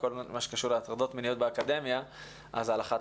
בכל מה שקשור להטרדות מיניות באקדמיה,